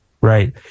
Right